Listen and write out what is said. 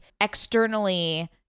externally